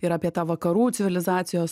ir apie tą vakarų civilizacijos